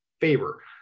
favor